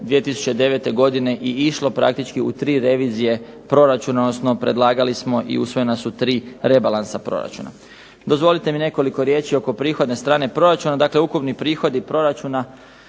2009. godine i išlo praktički u tri revizije proračuna, odnosno predlagali smo i usvojena su tri rebalansa proračuna. Dozvolite mi nekoliko riječi oko prihodne strane proračuna. Dakle ukupni prihodi proračuna